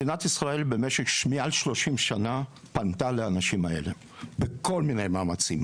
מדינת ישראל מעל 30 שנה פנתה לאנשים האלה בכל מיני מאמצים,